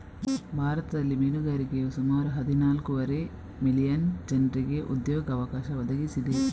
ಭಾರತದಲ್ಲಿ ಮೀನುಗಾರಿಕೆಯು ಸುಮಾರು ಹದಿನಾಲ್ಕೂವರೆ ಮಿಲಿಯನ್ ಜನರಿಗೆ ಉದ್ಯೋಗ ಅವಕಾಶ ಒದಗಿಸಿದೆ